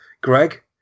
greg